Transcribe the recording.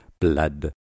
blood